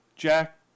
Jack